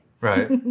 right